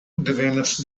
devenas